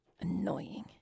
Annoying